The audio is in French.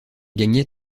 gagnait